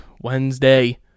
Wednesday